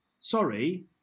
Sorry